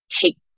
take